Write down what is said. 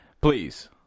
Please